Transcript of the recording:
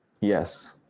Yes